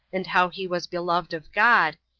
and how he was beloved of god,